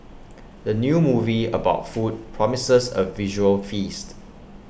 the new movie about food promises A visual feast